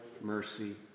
mercy